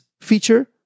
feature